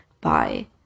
Bye